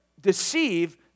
deceive